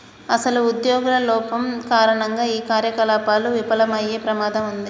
అసలు ఉద్యోగుల లోపం కారణంగా ఈ కార్యకలాపాలు విఫలమయ్యే ప్రమాదం ఉంది